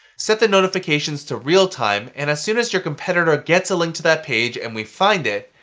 set the notifications to real-time and as soon as your competitor gets a link to that page and we find it,